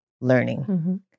learning